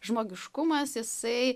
žmogiškumas jisai